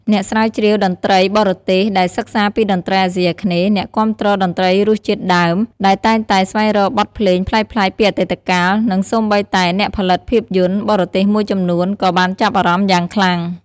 អ្នកស្រាវជ្រាវតន្ត្រីបរទេសដែលសិក្សាពីតន្ត្រីអាស៊ីអាគ្នេយ៍ អ្នកគាំទ្រតន្ត្រីរសជាតិដើម ដែលតែងតែស្វែងរកបទភ្លេងប្លែកៗពីអតីតកាល និងសូម្បីតែ អ្នកផលិតភាពយន្ត បរទេសមួយចំនួន ក៏បានចាប់អារម្មណ៍យ៉ាងខ្លាំង។